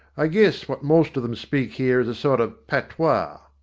i guess what most of them speak here is a sort of patois.